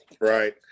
right